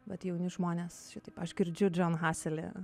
vat jauni žmonės šitaip aš girdžiu džon haselį